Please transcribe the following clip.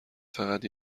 فقط